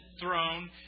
throne